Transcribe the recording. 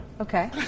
Okay